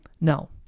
no